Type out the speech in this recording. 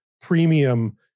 premium